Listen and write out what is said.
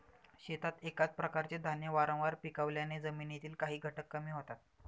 शेतात एकाच प्रकारचे धान्य वारंवार पिकवल्याने जमिनीतील काही घटक कमी होतात